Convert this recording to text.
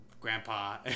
grandpa